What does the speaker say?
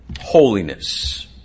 holiness